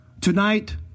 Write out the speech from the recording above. Tonight